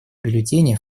бюллетени